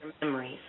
memories